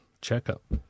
checkup